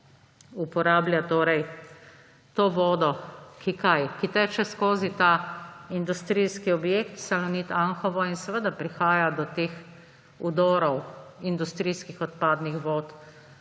uporablja torej to vodo – ki kaj? –, ki teče skozi ta industrijski objekt Salonit Anhovo in seveda prihaja do teh vdorov industrijskih odpadnih vod